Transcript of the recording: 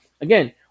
again